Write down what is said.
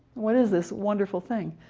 what is this wonderful thing